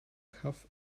have